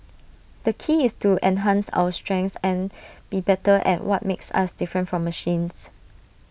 the key is to enhance our strengths and be better at what makes us different from machines